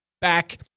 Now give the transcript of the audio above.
back